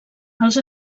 els